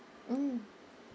mm